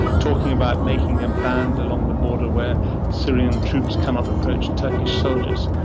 talking about making a band along the border where syrian troops cannot approach turkish soldiers,